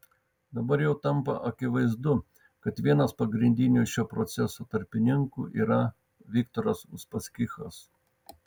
dabar jau tampa akivaizdu kad vienas pagrindinių šio proceso tarpininkų yra viktoras uspaskichas